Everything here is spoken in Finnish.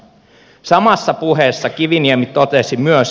samassa puheessa kiviniemi totesi myös